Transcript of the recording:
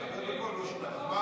תדבר בקול, לא שומע.